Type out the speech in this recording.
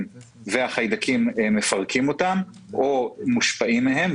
והחיידקים מפרקים אותם או מושפעים מהם.